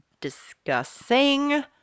discussing